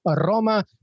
Roma